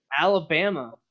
Alabama